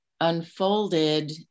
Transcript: unfolded